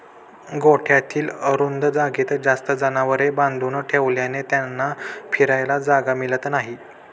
गोठ्यातील अरुंद जागेत जास्त जनावरे बांधून ठेवल्याने त्यांना फिरायला जागा मिळत नाही